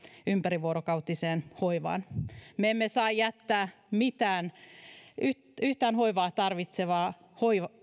ympärivuorokautiseen hoivaan me emme saa jättää yhtään hoivaa tarvitsevaa